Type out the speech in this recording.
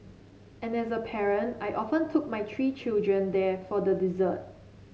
and as a parent I often took my three children there for the dessert